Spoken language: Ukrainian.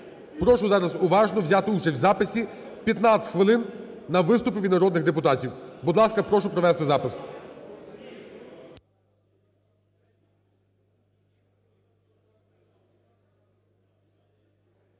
прошу зараз уважно взяти участь в записі. 15 хвилин на виступи від народних депутатів. Будь ласка, прошу провести запис.